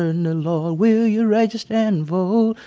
ah you know lord. will you register and vote?